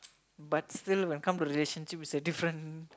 but still when come to relationship it's a different